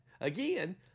Again